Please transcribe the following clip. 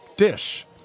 dish